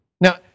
Now